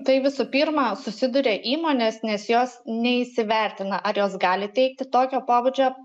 tai visų pirma susiduria įmonės nes jos neįsivertina ar jos gali teikti tokio pobūdžio